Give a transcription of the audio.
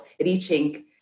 reaching